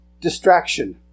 Distraction